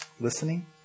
listening